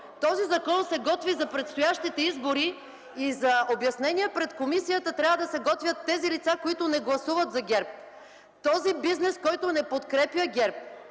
Този закон се готви за предстоящите избори и за обяснения пред комисията трябва да се готвят тези лица, които не гласуват за ГЕРБ. Този бизнес, който не подкрепя ГЕРБ,